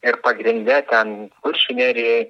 ir pagrinde ten kuršių nerijai